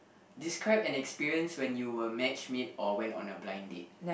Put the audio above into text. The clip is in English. describe an experience when you were matchmade or went on a blind date